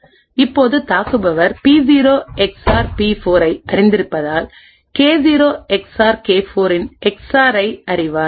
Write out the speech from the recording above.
இப்போது தாக்குபவர் பி0 எக்ஸ்ஆர் பி4 ஐ அறிந்திருப்பதால் கே0 எக்ஸ்ஆர் கே4 இன் எக்ஸ்ஆர் ஐ அவர் அறிவார்